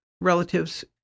relatives